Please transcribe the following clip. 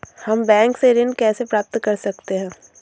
हम बैंक से ऋण कैसे प्राप्त कर सकते हैं?